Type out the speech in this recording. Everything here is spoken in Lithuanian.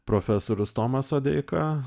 profesorius tomas sodeika